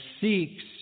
seeks